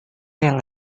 yang